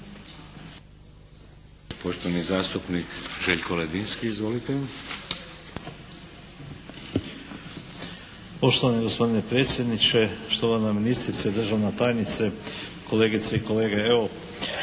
Poštovani zastupnik Željko Ledinski. Izvolite. **Ledinski, Željko (HSS)** Poštovani gospodine predsjedniče, štovana ministrice, državna tajnice, kolegice i kolege. Evo,